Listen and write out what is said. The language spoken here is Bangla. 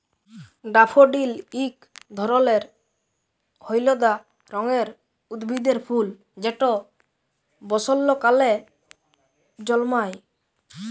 ড্যাফোডিল ইক ধরলের হইলদা রঙের উদ্ভিদের ফুল যেট বসল্তকালে জল্মায়